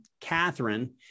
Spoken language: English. Catherine